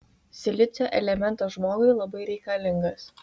silicio elementas žmogui labai reikalingas